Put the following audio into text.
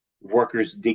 Workers